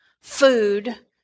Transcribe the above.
food